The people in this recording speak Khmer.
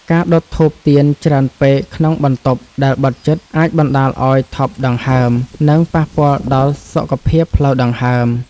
ការដុតធូបទៀនច្រើនពេកក្នុងបន្ទប់ដែលបិទជិតអាចបណ្តាលឱ្យថប់ដង្ហើម និងប៉ះពាល់ដល់សុខភាពផ្លូវដង្ហើម។